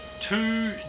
two